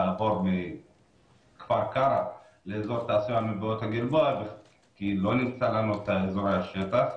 לעבור מכפר קרע לאזור תעשייה מבואות הגלבוע כי לא נמצאו לנו אזורי השטח.